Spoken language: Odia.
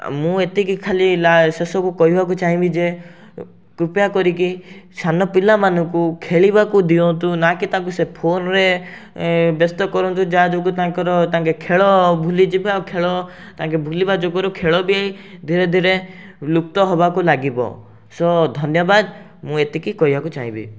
ମୁଁ ଏତିକି ଖାଲି ଲା ଶେଷକୁ କହିବାକୁ ଚାହିଁବି ଯେ କୃପା କରିକି ସାନ ପିଲାମାନଙ୍କୁ ଖେଳିବାକୁ ଦିଅନ୍ତୁ ନା କି ତାଙ୍କୁ ସେ ଫୋନ୍ରେ ଏଁ ବ୍ୟସ୍ତ କରନ୍ତୁ ଯାହା ଯୋଗୁଁ ତାଙ୍କର ତାଙ୍କେ ଖେଳ ଭୁଲିଯିବେ ଆଉ ଖେଳ ତାଙ୍କେ ଭୁଲିବା ଯୋଗୁଁରୁ ଖେଳ ବି ଧିରେଧିରେ ଲୁପ୍ତ ହେବାକୁ ଲାଗିବ ସୋ ଧନ୍ୟବାଦ ମୁଁ ଏତିକି କହିବାକୁ ଚାହିଁବି